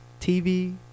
TV